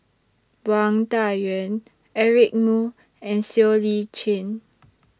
Wang Dayuan Eric Moo and Siow Lee Chin